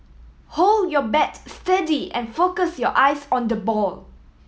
hold your bat steady and focus your eyes on the ball